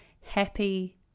happy